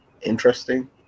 interesting